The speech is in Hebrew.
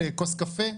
כוס קפה?